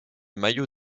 mayo